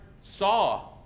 saw